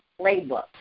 Playbook